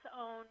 own